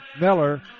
Miller